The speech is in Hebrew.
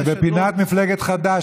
בפינת מפלגת חד"ש,